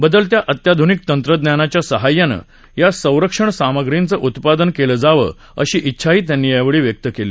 बदलत्या अत्याध्निक तंत्रज्ञानाच्या साहाय्यानं या संरक्षण सामग्रीचं उत्पादन केलं जावं अशी इच्छा त्यांनी यावेळी व्यक्त केली